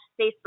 Facebook